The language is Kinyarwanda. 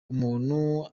umuntu